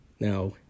Now